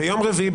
ביום רביעי,